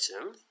item